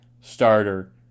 starter